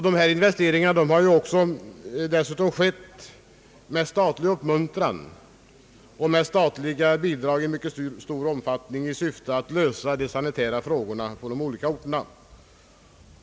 Dessa investeringar har dessutom skett med statlig uppmuntran och med statliga bidrag i mycket stor omfattning i syfte att lösa de sanitära frågorna på de olika orterna.